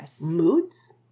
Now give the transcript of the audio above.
moods